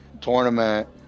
tournament